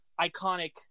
iconic